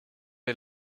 est